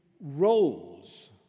roles